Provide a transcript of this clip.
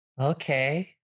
okay